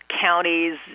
counties